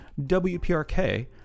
WPRK